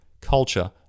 culture